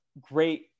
great